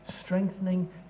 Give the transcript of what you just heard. Strengthening